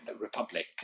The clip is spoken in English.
republic